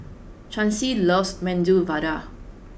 Chauncy loves Medu Vada